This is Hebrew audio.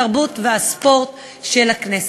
התרבות והספורט של הכנסת.